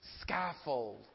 scaffold